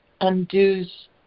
undoes